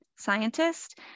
scientist